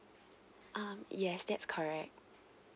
um yes that's correct